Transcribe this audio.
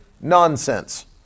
Nonsense